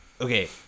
Okay